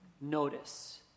Notice